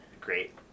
great